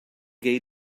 gei